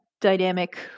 dynamic